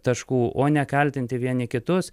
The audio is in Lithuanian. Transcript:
taškų o ne kaltinti vieni kitus